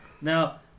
Now